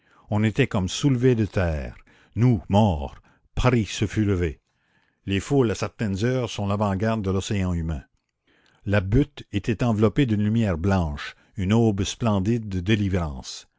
on était comme soulevés de terre nous morts paris se fût levé les foules à certaines heures sont l'avant-garde de l'océan humain la butte était enveloppée d'une lumière blanche une aube splendide de délivrance